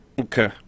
okay